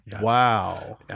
Wow